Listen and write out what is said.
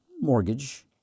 mortgage